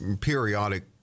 periodic